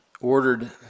ordered